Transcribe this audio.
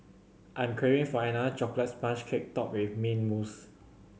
I am craving for another chocolate sponge cake topped with mint mousse